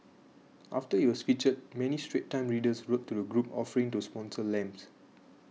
after it was featured many Straits Times readers wrote to the group offering to sponsor lamps